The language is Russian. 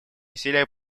усилия